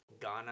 ghana